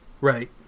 Right